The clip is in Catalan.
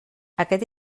aquest